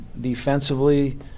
defensively